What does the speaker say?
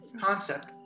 concept